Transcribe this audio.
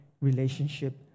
relationship